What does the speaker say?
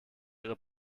ihre